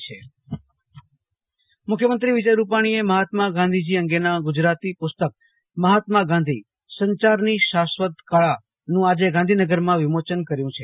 આશુતોષ અંતાણી મુખ્યમંત્રી પુસ્તક વિમોચન મુખ્યમંત્રી વિજય રૂપાણીએ મહાત્મા ગાંધીજી અંગેના ગુજરાતી પુસ્તક મહાત્મા ગાંધી સંચારની શાશ્વત કળા નું આજે ગાંધીનગરમાં વિમોચન કર્યું છે